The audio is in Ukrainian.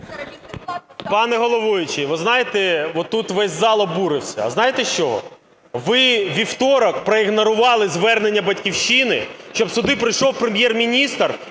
Пане головуючий, ви знаєте, тут весь зал обурився. Знаєте з чого? Ви у вівторок проігнорували звернення "Батьківщини", щоб сюди прийшов Прем'єр-міністр,